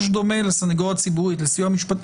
דומה לסנגוריה הציבורית והסיוע המשפטי.